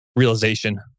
realization